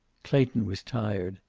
clayton was tired.